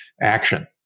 action